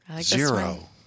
zero